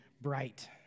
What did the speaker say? bright